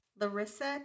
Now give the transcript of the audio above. Larissa